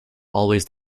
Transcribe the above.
always